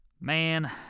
Man